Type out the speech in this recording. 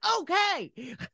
Okay